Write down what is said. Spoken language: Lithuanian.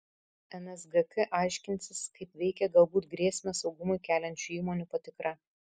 nsgk aiškinsis kaip veikia galbūt grėsmę saugumui keliančių įmonių patikra